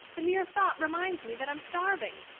the mere thought reminds me that i'm starving.